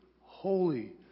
holy